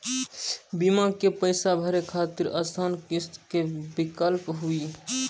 बीमा के पैसा भरे खातिर आसान किस्त के का विकल्प हुई?